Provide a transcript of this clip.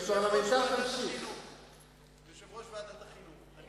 ואחריה זה יושב-ראש ועדת החינוך.